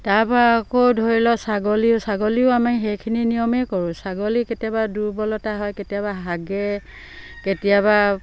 তাৰ পৰা আকৌ ধৰি লক ছাগলীও ছাগলীও আমি সেইখিনি নিয়মেই কৰোঁ ছাগলী কেতিয়াবা দুৰ্বলতা হয় কেতিয়াবা হাগে কেতিয়াবা